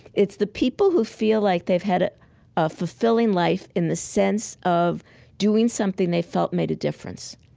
it's the people who feel like they've had a ah fulfilling life in the sense of doing something they felt made a difference,